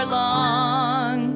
long